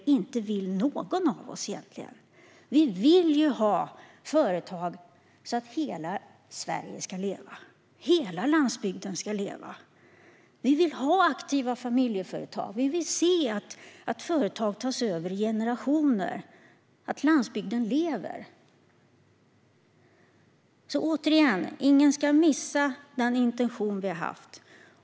Vi vill ju att det ska finnas företag i hela Sverige och att hela landsbygden ska leva. Vi vill ha aktiva familjeföretag. Vi vill se att företag tas över i generationer, att landsbygden lever. Återigen: Ingen ska missa den intention vi har haft.